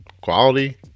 quality